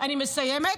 אני מסיימת.